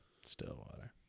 Stillwater